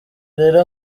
rero